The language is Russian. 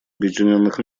объединенных